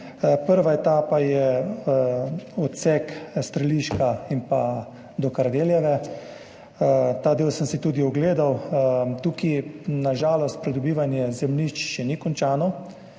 Prva etapa je odsek od Streliške do Kardeljeve. Ta del sem si tudi ogledal. Tukaj na žalost pridobivanje zemljišč še ni končano.